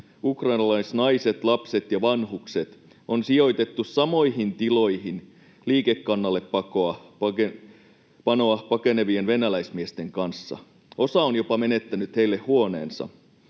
ukrainalaisnaiset, -lapset ja -vanhukset on sijoitettu samoihin tiloihin liikekannallepanoa pakenevien venäläismiesten kanssa. Osa on jopa menettänyt heille huoneensa.